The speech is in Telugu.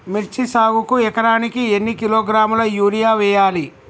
మిర్చి సాగుకు ఎకరానికి ఎన్ని కిలోగ్రాముల యూరియా వేయాలి?